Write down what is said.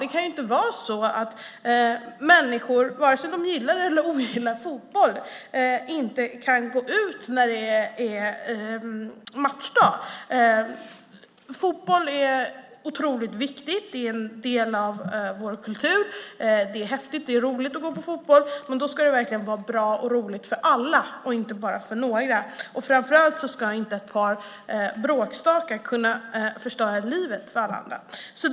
Det kan inte vara så att människor, vare sig de gillar eller ogillar fotboll, inte kan gå ut när det är matchdag. Fotboll är otroligt viktigt. Det är en del av vår kultur. Det är häftigt. Det är roligt att gå på fotboll. Men då ska det verkligen vara bra och roligt för alla och inte bara för några. Framför allt ska inte ett par bråkstakar kunna förstöra livet för alla andra.